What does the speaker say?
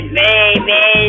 baby